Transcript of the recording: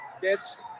kids